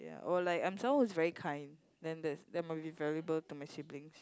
ya or like I'm someone who is very kind then that's then that might be valuable to my siblings